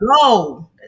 go